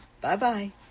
Bye-bye